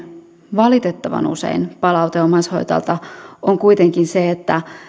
valitettavan usein palaute omaishoitajalta on kuitenkin se että